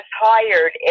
hired